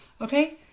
okay